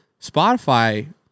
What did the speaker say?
Spotify